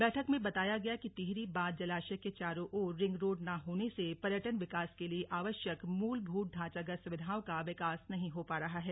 बैठक में बताया गया कि टिहरी बांध जलाशय के चारों ओर रिंग रोड न होने से पर्यटन विकास के लिए आवश्यक मूल भूत ढांचागत सुविधाओं का विकास नहीं हो पा रहा है